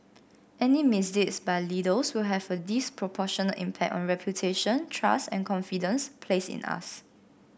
any misdeeds by leaders will have a disproportionate impact on reputation trust and confidence placed in us